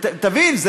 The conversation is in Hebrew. ותבין,